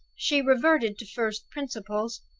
she reverted to first principles,